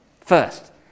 First